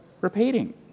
repeating